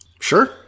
sure